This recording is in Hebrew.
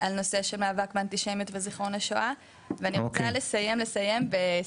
על נושא של מאבק באנטישמיות וזיכרון השואה ואני רוצה לסיים ב-